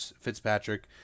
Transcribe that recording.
Fitzpatrick